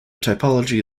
typology